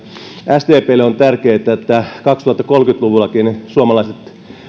sdplle on tärkeätä että kaksituhattakolmekymmentä luvullakin suomalaiset